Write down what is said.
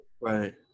right